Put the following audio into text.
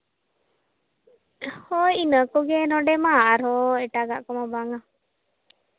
ᱦᱳᱭ ᱤᱱᱟᱹ ᱠᱚᱜᱮ ᱱᱚᱸᱰᱮ ᱢᱟ ᱟᱨᱦᱚᱸ ᱮᱴᱟᱜᱟᱜ ᱠᱚᱢᱟ ᱵᱟᱝᱼᱟ